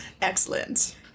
Excellent